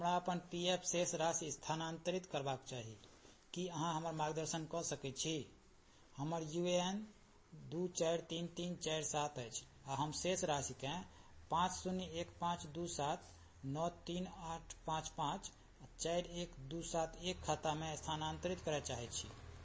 हमरा अपन P F शेष राशि स्थानान्तरित करबाक चाही की अहाँ हमर मार्गदर्शन कऽ सकय छी हमर यू ए एन दू चारि तीन तीन चारि सात अछि आओर हम शेष राशिकेँ पाँच शून्य एक पाँच दू सात नओ तीन आठ पाँच पाँच चारि एक दू सात एक खातामे स्थानान्तरित करय चाहय छी